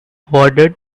avoided